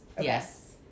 Yes